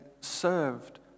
served